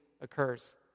occurs